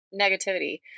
negativity